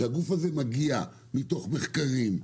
שהגוף הזה מגיע מתוך מחקרים,